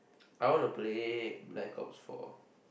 I wanna play Blackouts four